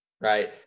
right